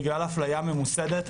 בגלל אפליה ממוסדת,